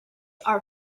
are